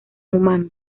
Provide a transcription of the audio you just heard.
humanos